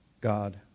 God